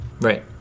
Right